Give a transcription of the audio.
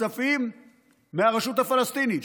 הכספים של הרשות הפלסטינית.